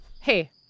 Hey